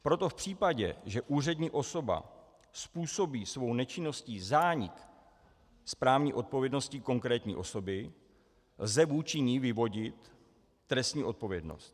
Proto v případě, že úřední osoba způsobí svou nečinností zánik správní odpovědnosti konkrétní osoby, lze vůči ní vyvodit trestní odpovědnost.